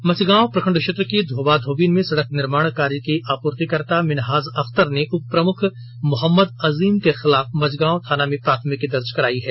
मझगांव प्रखंड क्षेत्र के धोबा धोबिन में सड़क निर्माण कार्य के आपूर्तिकर्ता मिनहाज अख्तर ने उपप्रमुख मोहम्मद अजीम के खिलाफ मझगांव थाना में प्राथमिकी दर्ज कराई है